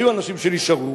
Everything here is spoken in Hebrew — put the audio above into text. היו אנשים שנשארו,